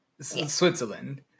switzerland